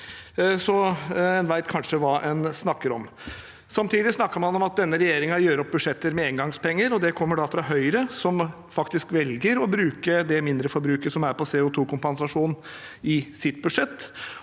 – en vet kanskje hva en snakker om. Samtidig snakker man om at denne regjeringen gjør opp budsjetter med engangspenger, og det kommer da fra Høyre, som faktisk velger å bruke det mindreforbruket som er på CO2-kompensasjon, i sitt budsjett.